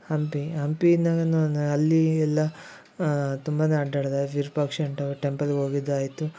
ಹಂಪಿ ಹಂಪಿ ನಾನು ಅಲ್ಲಿ ಎಲ್ಲ ತುಂಬ ಅಡ್ಡಾಡಿದೆ ವಿರೂಪಾಕ್ಷನ ಟೆಂಪಲ್ಲಿಗೆ ಹೋಗಿದ್ದೂ ಆಯಿತು